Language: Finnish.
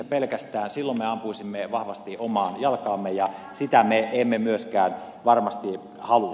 silloin me ampuisimme vahvasti omaan jalkaamme ja sitä me emme myöskään varmasti halua